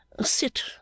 Sit